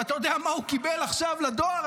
ואתה יודע מה הוא קיבל עכשיו לדואר,